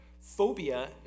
phobia